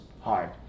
hard